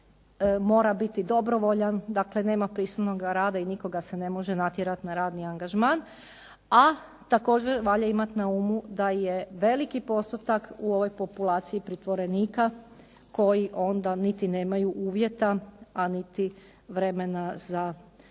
mora biti dobrovoljan, dakle nema prisilnoga rada i nikoga se ne može natjerati na radni angažman. A također valja imati na umu da je veliki postotak u ovoj populaciji pritvorenika koji onda niti nemaju uvjeta, a niti vremena za radno